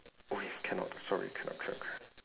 !oi! cannot sorry cannot cannot cannot